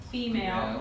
Female